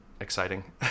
exciting